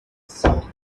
asked